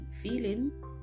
feeling